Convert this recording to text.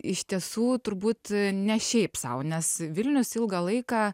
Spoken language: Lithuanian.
iš tiesų turbūt ne šiaip sau nes vilnius ilgą laiką